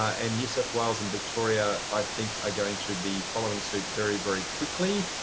and new south wales and victoria i think are going to be following suit very, very quickly.